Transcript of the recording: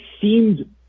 seemed